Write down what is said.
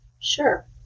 Sure